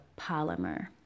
polymer